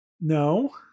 No